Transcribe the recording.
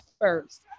first